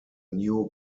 new